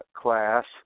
class